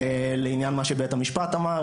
לעניין מה שבית המשפט אמר,